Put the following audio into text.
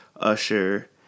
Usher